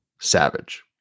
savage